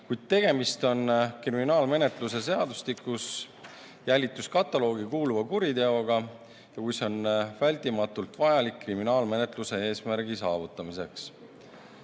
kui tegemist on kriminaalmenetluse seadustikus jälituskataloogi kuuluva kuriteoga ja kui see on vältimatult vajalik kriminaalmenetluse eesmärgi saavutamiseks.